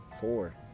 four